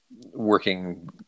working